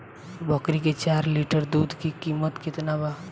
बकरी के चार लीटर दुध के किमत केतना बा?